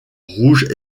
rouge